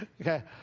okay